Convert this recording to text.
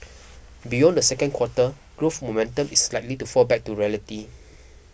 beyond the second quarter growth momentum is likely to fall back to reality